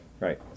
Right